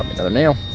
another nail.